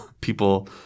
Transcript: people